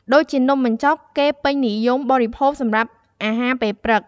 ដូចជានំបញ្ចុក គេពេញនិយមបរិភោគសម្រាប់អាហារពេលព្រឹក។